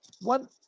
One